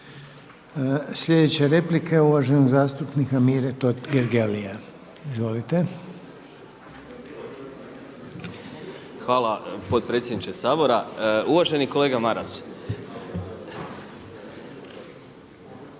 Sljedeća replika je uvaženog zastupnika Mire Totgergelija. Izvolite. **Totgergeli, Miro (HDZ)** Hvala potpredsjedniče Sabora. Uvaženi kolega Maras,